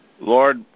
Lord